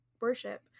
worship